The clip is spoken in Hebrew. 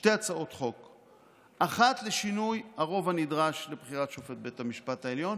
שתי הצעות חוק: האחת לשינוי הרוב הנדרש לבחירת שופט בבית המשפט העליון,